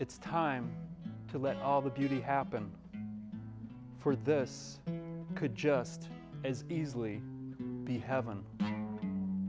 it's time to let all the beauty happen for this could just as easily be heav